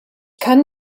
kann